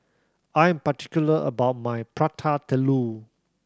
I'm particular about my Prata Telur